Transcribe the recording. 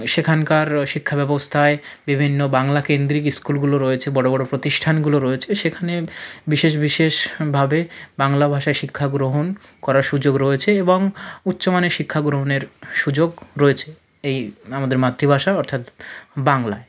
সেখানকার শিক্ষাব্যবস্থায় বিভিন্ন বাংলা কেন্দ্রিক স্কুলগুলো রয়েছে বড়ো বড়ো প্রতিষ্ঠানগুলো রয়েছে সেখানে বিশেষ বিশেষভাবে বাংলা ভাষায় শিক্ষা গ্রহণ করার সুযোগ রয়েছে এবং উচ্চমানের শিক্ষা গ্রহণের সুযোগ রয়েছে এই আমাদের মাতৃভাষা অর্থাৎ বাংলায়